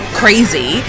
crazy